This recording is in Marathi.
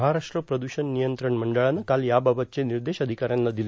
महाराष्ट्र प्रदूषण नियंत्रण मंडळानं काल याबाबतचे निर्देश अधिकाऱ्यांना दिले